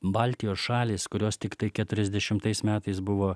baltijos šalys kurios tiktai keturiasdešimtais metais buvo